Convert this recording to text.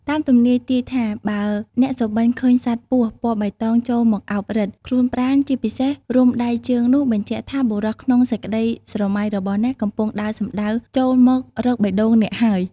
តាមទំនាយទាយថាបើអ្នកសុបិនឃើញសត្វពស់ពណ៌បៃតងចូលមកអោបរឹត ខ្លួនប្រាណជាពិសេសរុំដៃជើងនោះបញ្ជាក់ថាបុរសក្នុងសេចក្តីស្រមៃ របស់អ្នកកំពុងដើរសំដៅចូលមករកបេះដូងអ្នកហើយ។